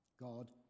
God